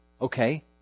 Okay